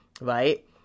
Right